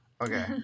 Okay